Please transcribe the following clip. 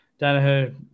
Danaher